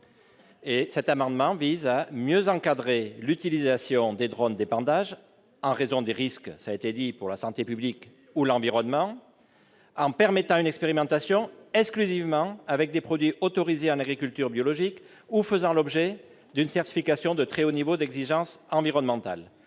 L'amendement vise à mieux encadrer cette utilisation en raison des risques pour la santé publique ou l'environnement, en permettant une expérimentation exclusivement avec des produits autorisés en agriculture biologique ou faisant l'objet d'une certification de très haut niveau d'exigence environnementale.